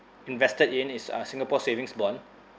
invested in is uh singapore savings bond